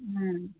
ꯎꯝ